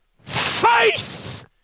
faith